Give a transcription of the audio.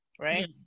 right